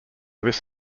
this